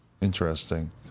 Interesting